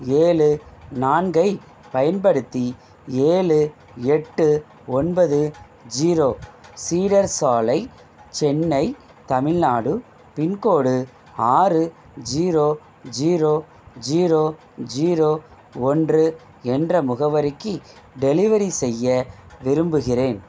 ஏழு நான்கைப் பயன்படுத்தி ஏழு எட்டு ஒன்பது ஜீரோ சீடர் சாலை சென்னை தமிழ்நாடு பின்கோடு ஆறு ஜீரோ ஜீரோ ஜீரோ ஜீரோ ஒன்று என்ற முகவரிக்கு டெலிவரி செய்ய விரும்புகிறேன்